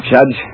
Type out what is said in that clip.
Judge